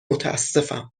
متاسفم